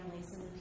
families